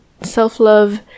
self-love